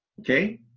Okay